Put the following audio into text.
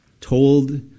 told